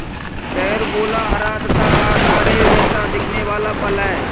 carambola हरा तथा तारे जैसा दिखने वाला फल है